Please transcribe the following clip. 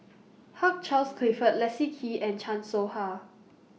Hugh Charles Clifford Leslie Kee and Chan Soh Ha